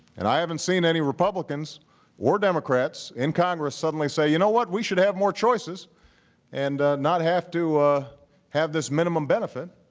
and i haven't seen any republicans or democrats in congress suddenly say, you know what, we should have more choices and not have to ah have this minimum benefit.